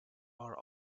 are